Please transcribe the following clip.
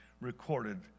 recorded